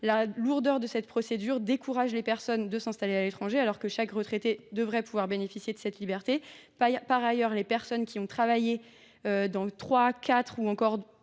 La lourdeur de cette procédure décourage les personnes de s’installer à l’étranger, alors que chaque retraité devrait pouvoir bénéficier de cette liberté. En troisième lieu, les personnes qui ont travaillé dans plusieurs